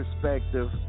perspective